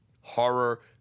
horror